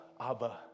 Abba